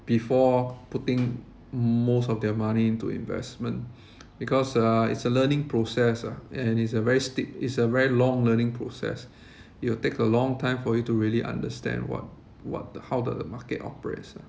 before putting most of their money into investment because uh it's a learning process ah and it's a very steep it's a very long learning process it will take a long time for you to really understand what what the how the market operates lah